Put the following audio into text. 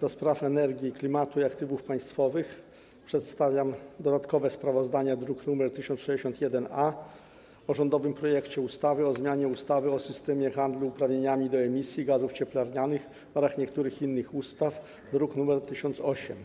do Spraw Energii, Klimatu i Aktywów Państwowych przedstawiam dodatkowe sprawozdanie, druk nr 1061-A, o rządowym projekcie ustawy o zmianie ustawy o systemie handlu uprawnieniami do emisji gazów cieplarnianych oraz niektórych innych ustaw, druk nr 1008.